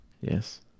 Yes